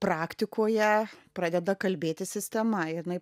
praktikoje pradeda kalbėti sistema ir jinai